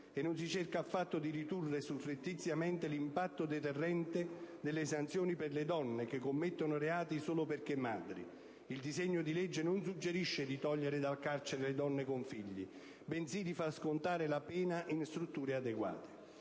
e non si cerca affatto di ridurre surrettiziamente l'impatto deterrente delle sanzioni per le donne che commettono reati solo perché madri. Il disegno di legge non suggerisce di togliere dal carcere le donne con figli, bensì di far scontare la pena in strutture adeguate.